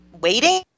waiting